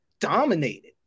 dominated